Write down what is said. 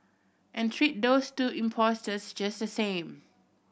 and treat those two impostors just the same